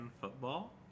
football